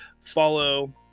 follow